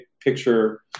picture